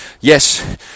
Yes